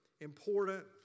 important